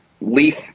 leaf